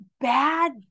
bad